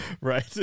right